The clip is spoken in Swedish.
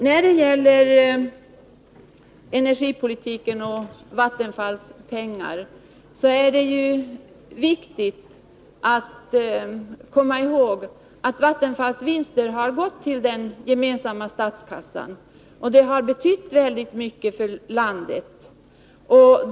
När det gäller energipolitiken och Vattenfalls pengar är det viktigt att komma ihåg att Vattenfalls vinster har gått till den gemensamma statskassan, och de har betytt väldigt mycket för landet.